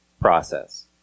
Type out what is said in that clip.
process